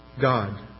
God